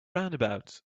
roundabout